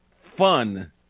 fun